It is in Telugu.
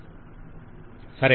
వెండర్ సరే